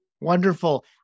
Wonderful